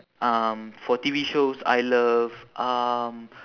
um for T_V shows I love um